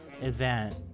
event